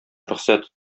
рөхсәт